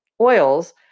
oils